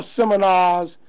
seminars